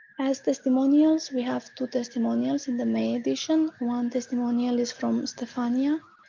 as testimonials we have two testimonials in the may edition. one testimonial is from stefania.